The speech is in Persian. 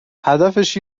هدفش